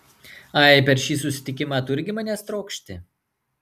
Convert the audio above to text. ai per šį susitikimą tu irgi manęs trokšti